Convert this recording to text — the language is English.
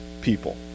people